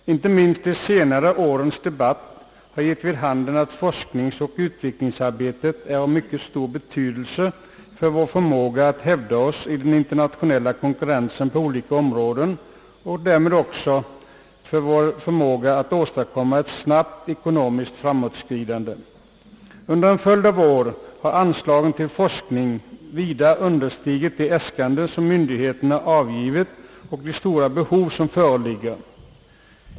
Herr talman! Vi har i detta sammanhang att behandla motioner från folkpartiet om en ökning av forskningsanslagen. Det gäller närmare bestämt anslagen till teknisk forskning. Inte minst de senare årens debatt har gett vid handen att forskningsoch utvecklingsarbete är av mycket stor betydelse för vår förmåga att hävda oss i den internationella konkurrensen på olika områden och därmed också för vår förmåga att åstadkomma ett snabbt ekonomiskt framåtskridande. Under en följd av år har anslaget till forskning vida underskridit de äskanden myndigheterna avgivit och de stora behov som föreligger.